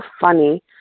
funny